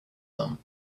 them